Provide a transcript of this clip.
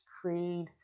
creed